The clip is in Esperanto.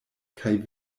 kaj